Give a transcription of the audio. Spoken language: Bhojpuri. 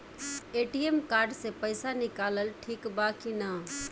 ए.टी.एम कार्ड से पईसा निकालल ठीक बा की ना?